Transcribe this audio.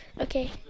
Okay